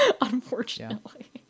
unfortunately